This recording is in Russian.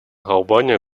албания